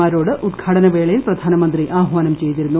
മാരോട് ഉദ്ഘാടന വേള യിൽ പ്രധാനമന്ത്രി ആഹ്വാനം ചെയ്തിരുന്നു